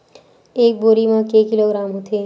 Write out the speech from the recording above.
एक बोरी म के किलोग्राम होथे?